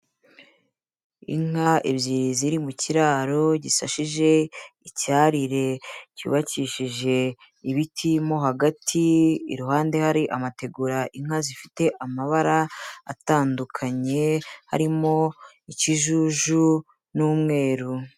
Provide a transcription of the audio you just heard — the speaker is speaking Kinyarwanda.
Inka ebyiri ziri mu kiraro gisashije icyarire cyubakishije ibiti mo hagati, iruhande hari amategura inka zifite amabara atandukanye harimo ikijuju n'umweru.